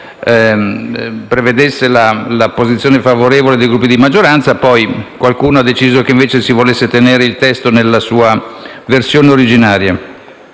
vedere la posizione favorevole dei Gruppi di maggioranza. Poi, qualcuno ha deciso che invece si voleva mantenere il testo nella sua versione originaria.